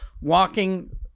walking